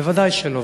ודאי שלא,